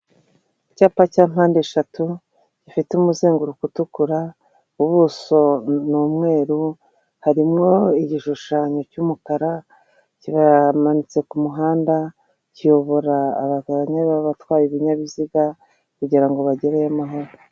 Icyapa cya mpandeshatu gifite umuzenguruko utukura, ubuso ni umweruru harimo igishushanyo cy'umukara kimanitse ku muhanda, kiyobora abatwaye ibinyabiziga kugira ngo bagereyo amahoro.